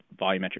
volumetric